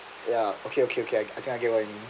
ya okay okay okay okay I think I get what you mean